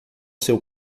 seu